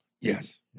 Yes